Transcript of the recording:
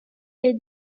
est